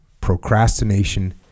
procrastination